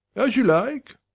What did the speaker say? as you like.